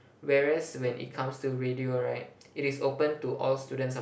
whereas when it comes to radio right it is open to all students of